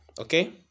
Okay